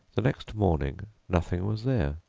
the next morning nothing was there!